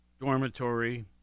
dormitory